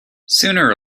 sooner